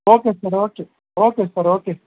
okay sir okay okay sir okay